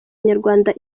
nyarwanda